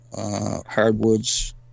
hardwoods